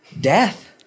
Death